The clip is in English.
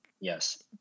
yes